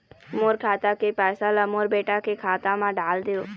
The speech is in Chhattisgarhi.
मोर खाता के पैसा ला मोर बेटा के खाता मा डाल देव?